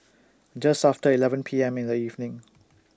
Just after eleven P M in The evening